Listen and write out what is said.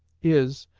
is,